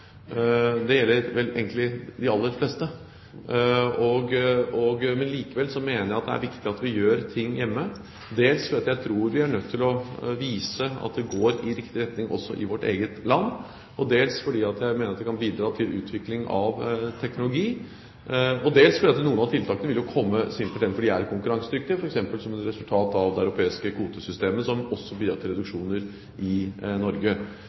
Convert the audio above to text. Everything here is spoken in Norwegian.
Det gjelder vel egentlig de aller fleste. Likevel mener jeg det er viktig at vi gjør ting hjemme, dels fordi jeg tror vi er nødt til å vise at det går i riktig retning også i vårt eget land, dels fordi jeg mener det kan bidra til utvikling av teknologi og dels fordi noen av tiltakene vil komme simpelthen fordi de er konkurransedyktige, f.eks. som resultat av det europeiske kvotesystemet, som også bidrar til reduksjoner i Norge.